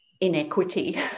inequity